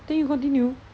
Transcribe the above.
then you continue